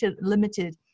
limited